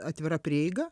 atvira prieiga